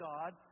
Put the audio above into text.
God